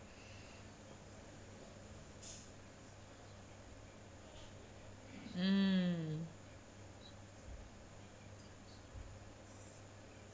mm